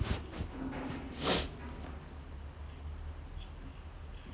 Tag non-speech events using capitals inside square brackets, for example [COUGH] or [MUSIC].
[NOISE]